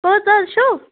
کٔژ حظ چھِو